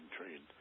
trained